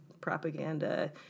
propaganda